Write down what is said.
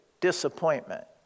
disappointment